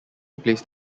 replaced